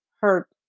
hurt